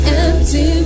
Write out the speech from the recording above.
empty